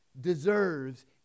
deserves